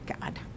God